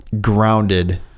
grounded